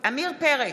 עמיר פרץ,